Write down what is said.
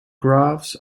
graphs